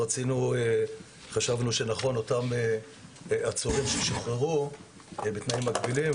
אנחנו חשבנו שנכון שהיא תהיה אותם עצורים ששוחררו בתנאים מגבילים,